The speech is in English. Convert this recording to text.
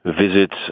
visits